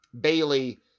Bailey